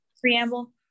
preamble